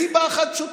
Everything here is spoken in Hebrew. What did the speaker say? מסיבה אחת פשוטה,